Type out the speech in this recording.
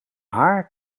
haar